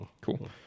Cool